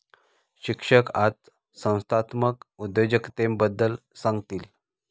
शिक्षक आज संस्थात्मक उद्योजकतेबद्दल सांगतील